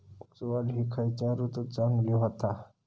ऊस वाढ ही खयच्या ऋतूत चांगली होता?